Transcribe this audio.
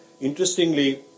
Interestingly